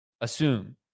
assume